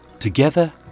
Together